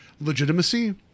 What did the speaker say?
legitimacy